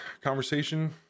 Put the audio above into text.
conversation